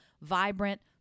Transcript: vibrant